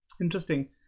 Interesting